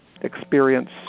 experience